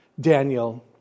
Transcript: Daniel